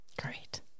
Great